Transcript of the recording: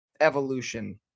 evolution